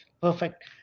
perfect